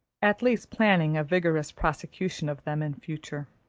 at least planning a vigorous prosecution of them in future.